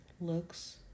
looks